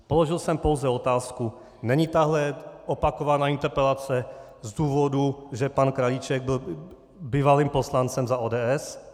Položil jsem pouze otázku není tahle opakovaná interpelace z důvodu, že pan Krajíček byl bývalým poslancem za ODS?